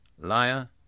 liar